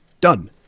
done